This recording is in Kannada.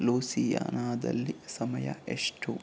ಲೂಸಿಯಾನಾದಲ್ಲಿ ಸಮಯ ಎಷ್ಟು